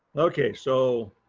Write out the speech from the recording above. okay, so